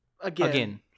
Again